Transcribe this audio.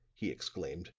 he exclaimed,